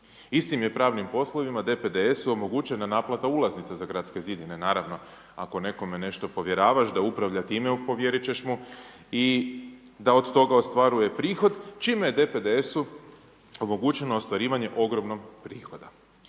Istim je pravnim poslovima DPDS-u omogućena naplata ulaznica za gradske zidine, naravno, ako nekome nešto povjeravaš da upravlja time, povjerit ćeš mu i da od toga ostvaruje prihod, čim je DPDS-u omogućeno ostvarivanje ogromnog prihoda.